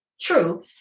true